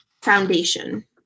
foundation